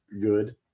good